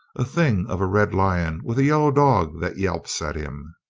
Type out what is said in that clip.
a thing of a red lion with a yellow dog that yelps at him.